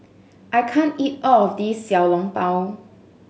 I can't eat all of this Xiao Long Bao